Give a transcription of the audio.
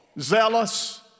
zealous